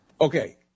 Okay